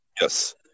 Yes